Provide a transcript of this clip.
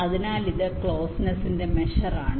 അതിനാൽ ഇത് ക്ലോസ്നെസ്സിന്റെ മെഷർ ആണ്